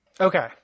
Okay